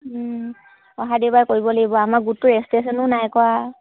অহা দেওবাৰ কৰিব লাগিব আমাৰ গোটটো ৰেজিষ্ট্ৰেশ্যনো নাই কৰা